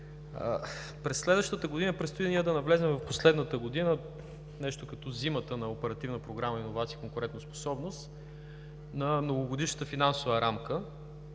През следващата година предстои да навлезем в последната година, нещо като зимата на Оперативна програма „Иновации и конкурентоспособност“ (ОПИК), на Многогодишната финансова рамка.